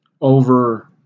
over